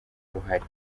uruhare